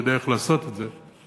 הוא יודע איך לעשות את זה,